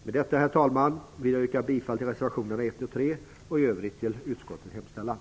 Med detta, herr talman, vill jag yrka bifall till reservationerna 1 och 3 och i övrigt till utskottets hemställan.